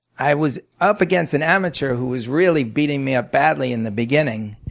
i was up against an amateur who was really beating me up badly in the beginning.